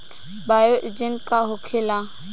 Bio agent का होखेला?